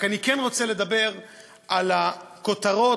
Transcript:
אני כן רוצה לדבר על הכותרות